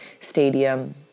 stadium